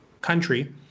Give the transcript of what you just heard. country